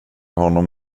honom